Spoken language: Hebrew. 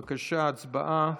בבקשה, הצבעה.